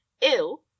ill